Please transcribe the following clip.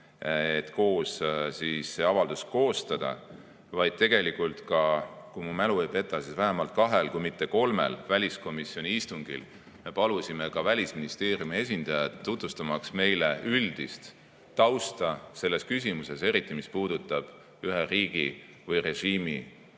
et koos avaldust koostada, vaid tegelikult, kui mu mälu ei peta, vähemalt kahel kui mitte kolmel väliskomisjoni istungil me palusime ka Välisministeeriumi esindajal tutvustada meile üldist tausta selles küsimuses, eriti seda, mis puudutab ühe riigi või režiimi